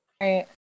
Right